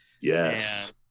yes